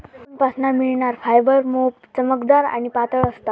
कोकूनपासना मिळणार फायबर मोप चमकदार आणि पातळ असता